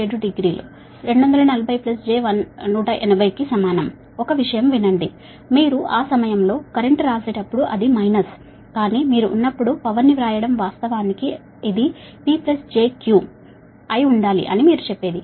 87 degree 240 j 180 కి సమానం ఒక విషయం వినండి మీరు ఆ సమయంలో కరెంట్ రాసేటప్పుడు అది మైనస్ కానీ మీరు ఉన్నప్పుడు పవర్ ని వ్రాసినప్పుడు వాస్తవానికి ఇది P j Q అయి ఉండాలి అని మీరు చెప్పేది